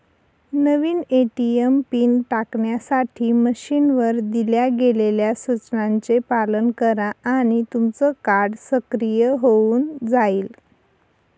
नवीन ATM PIN टाकण्यासाठी मशीनवर दिल्या गेलेल्या सूचनांचे पालन करा आणि तुमचं कार्ड सक्रिय होऊन जाईल